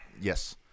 Yes